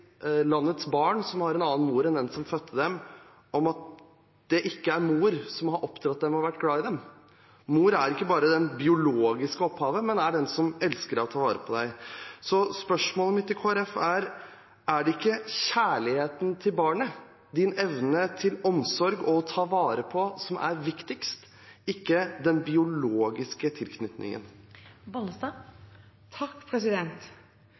landets barn som har en annen mor enn den som fødte dem, om at det ikke er mor som har oppdratt dem og vært glad i dem. «Mor» er ikke bare det biologiske opphavet, men er den som elsker deg og tar vare på deg. Så spørsmålet mitt til Kristelig Folkeparti er: Er det ikke kjærligheten til barnet, din evne til omsorg og å ta vare på, som er viktigst, og ikke den biologiske